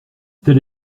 telle